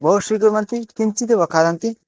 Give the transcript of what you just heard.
बहु स्वीकुर्वन्ति किञ्चिदेव खादन्ति